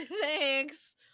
Thanks